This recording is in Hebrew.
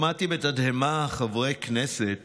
שמעתי בתדהמה חברי כנסת